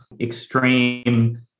extreme